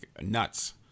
nuts